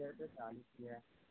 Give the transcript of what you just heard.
ادھر تو چالیس کی ہے